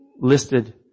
listed